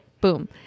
Boom